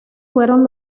fueron